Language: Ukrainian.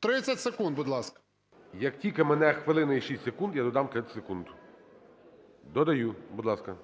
30 секунд, будь ласка? ГОЛОВУЮЧИЙ. Як тільки мине хвилина і 6 секунд, я додам 30 секунд. Додаю, будь ласка.